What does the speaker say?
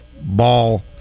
ball